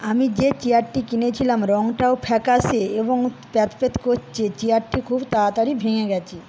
আমি যে চেয়ারটি কিনেছিলাম রঙটাও ফ্যাকাশে এবং প্যাত প্যাত করছে চেয়ারটি খুব তাড়াতাড়ি ভেঙে গেছে